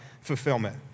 fulfillment